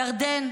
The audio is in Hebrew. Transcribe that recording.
ירדן,